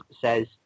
says